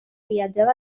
viatjava